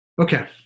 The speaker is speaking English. Okay